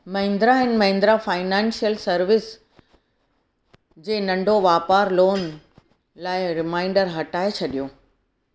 Mahindra and Mahindra financial service जे नंढो वापारु लोन लाइ रिमाइंडर हटाए छॾियो